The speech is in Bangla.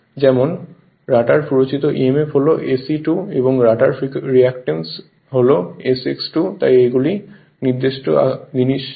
যেমন রটার প্ররোচিত emf হল SE2 এবং রটার রিয়্যাক্ট্যান্স হল SX2 তাই এইগুলি নির্দিষ্ট জিনিস হয়